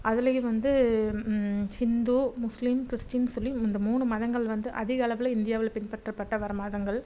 அதுலையும் வந்து ஹிந்து முஸ்லீம் கிறிஸ்டீன் சொல்லி இந்த மூணு மதங்கள் வந்து அதிக அளவில் இந்தியாவில் பின்பற்றப்பட்ட வர மதங்கள்